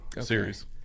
series